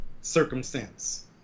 circumstance